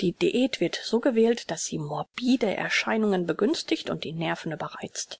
die diät wird so gewählt daß sie morbide erscheinungen begünstigt und die nerven überreizt